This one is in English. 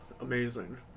amazing